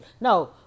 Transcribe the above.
No